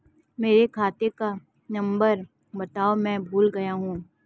मेरे खाते का नंबर बताओ मैं भूल गया हूं